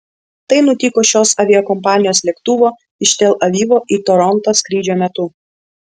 tai nutiko šios aviakompanijos lėktuvo iš tel avivo į torontą skrydžio metu